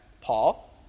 Paul